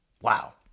Wow